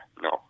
no